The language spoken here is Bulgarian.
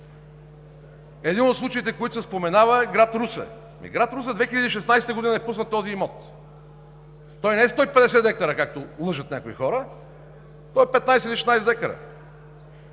Един от случаите, който се споменава, е град Русе. В град Русе 2016 г. е пуснат този имот. Той не е 150 декара, както лъжат някои хора, а е 15 или 16 декара.